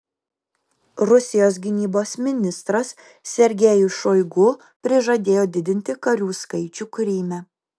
rusijos gynybos ministras sergejus šoigu prižadėjo didinti karių skaičių kryme